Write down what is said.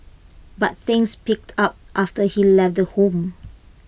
but things picked up after he left the home